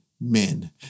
men